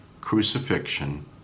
crucifixion